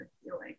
Feeling